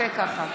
ההצבעה.